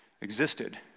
existed